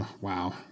Wow